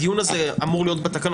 הדיון הזה אמור להיות בתקנות.